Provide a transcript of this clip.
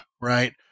right